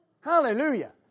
Hallelujah